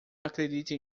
acredita